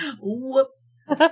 Whoops